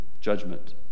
judgment